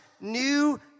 new